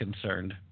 concerned